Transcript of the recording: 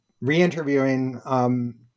re-interviewing